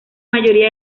mayoría